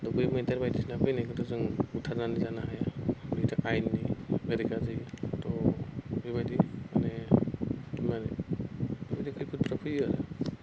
त' बै मैदेर बायदिसिना फैनायखौथ' जों बुथारनानै जानो हाया बेथ' आयेननि बेरेखा जायो त' बेबायदि माने माने बेबायदि खैफोदफोरा फैयो आरो